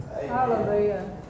Hallelujah